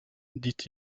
dit